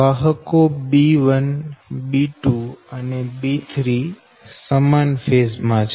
વાહકો b1 b2 અને b3 સમાન ફેઝ માં છે